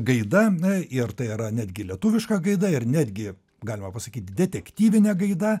gaida na ir tai yra netgi lietuviška gaida ir netgi galima pasakyt detektyvinė gaida